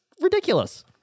ridiculous